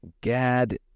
Gad